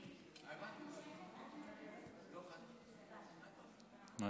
חברות וחברי הכנסת, אני